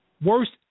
Worst